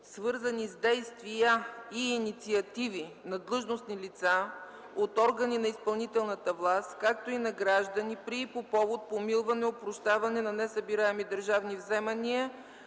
свързани с действия и инициативи на длъжностни лица от органи на изпълнителната власт, както и на граждани, при и по повод помилване, опрощаване на несъбираеми държавни вземания